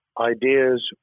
ideas